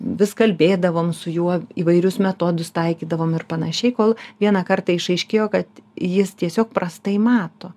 vis kalbėdavom su juo įvairius metodus taikydavom ir panašiai kol vieną kartą išaiškėjo kad jis tiesiog prastai mato